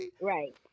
right